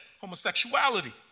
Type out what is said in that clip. homosexuality